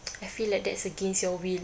I feel like that's against your will